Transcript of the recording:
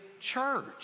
church